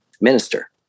minister